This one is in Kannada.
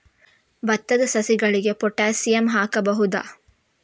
ಭತ್ತದ ಸಸಿಗಳಿಗೆ ಪೊಟ್ಯಾಸಿಯಂ ಹಾಕಬಹುದಾ?